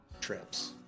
trips